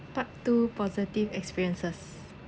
part two positive experiences